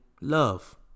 love